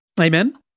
Amen